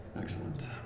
Excellent